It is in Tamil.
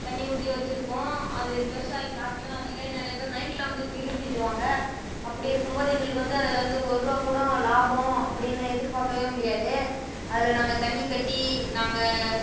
தண்ணி ஊற்றி வச்சுருப்போம் அது பெருசாயி காய்க்கும் அதுலையே நிறையப் பேர் நைட்டில வந்து திருடிவிடுவாங்க அப்படி இருக்கும்போது எங்களுக்கு வந்து அதில் வந்து ஒருரூவா கூடம் லாபம் அப்படின்னு எதிர்பார்க்கவே முடியாது அதில் நாங்கள் தண்ணி கட்டி நாங்கள்